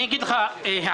אגיד לך למה.